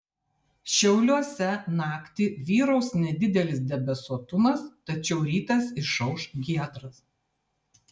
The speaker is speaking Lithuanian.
šiauliuose naktį vyraus nedidelis debesuotumas tačiau rytas išauš giedras